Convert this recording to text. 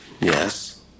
Yes